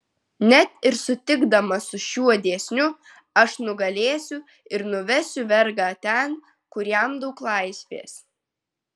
net ir sutikdamas su šiuo dėsniu aš nugalėsiu ir nuvesiu vergą ten kur jam daug laisvės